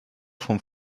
vom